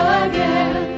again